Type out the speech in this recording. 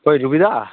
ᱚᱠᱚᱭ ᱨᱚᱵᱤᱫᱟ